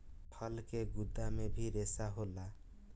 फल के गुद्दा मे भी रेसा होला